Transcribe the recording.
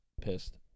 pissed